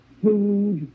food